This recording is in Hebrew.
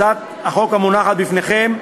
הצעת החוק המונחת בפניכם,